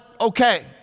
okay